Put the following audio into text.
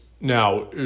Now